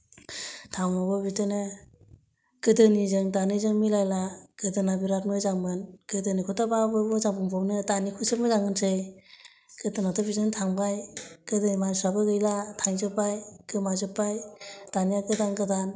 थाउनावबो बिदिनो गोदोनिजों दानिजों मिलायला गोदोना बिराद मोजां मोन गोदोनिखौथ' बा बहा मोजां बुंबावनो दानिखौसो मोजां होनसै गोदोनाथ' बिदिनो थांबाय गोदोनि मानसिफ्राबो गैला थांजोब्बाय गोमाजोब्बाय दानिया गोदान गोदान